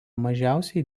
mažiausiai